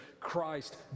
Christ